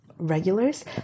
regulars